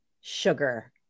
sugar